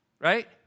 right